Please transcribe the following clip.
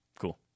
Cool